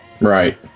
Right